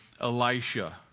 Elisha